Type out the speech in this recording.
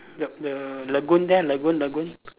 the the lagoon there lagoon lagoon